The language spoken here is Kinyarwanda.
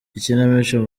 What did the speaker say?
ikinamico